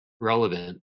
relevant